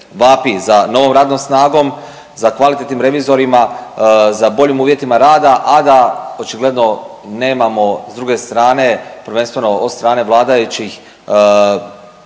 za novom radnom snagom, za kvalitetnim revizorima, za boljim uvjetima rada, a da očigledno nemamo s druge strane, prvenstveno od strane vladajućih,